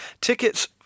Tickets